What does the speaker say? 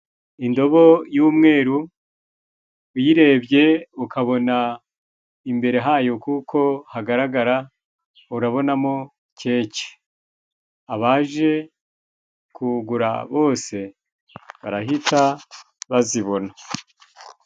Indobo y'umweru uyirebye ukabona imbere hayo kuko hagaragara, urabonamo keke. Abaje kuwugura, bose barahita bazibona.